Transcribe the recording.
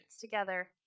together